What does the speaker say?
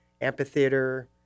amphitheater